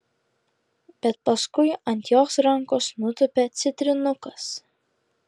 bet paskui ant jos rankos nutupia citrinukas